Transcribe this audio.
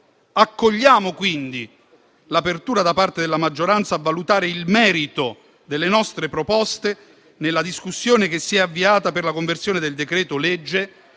Accogliamo quindi l'apertura, da parte della maggioranza, a valutare il merito delle nostre proposte, nella discussione che si è avviata per la conversione del decreto-legge